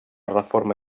reforma